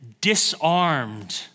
disarmed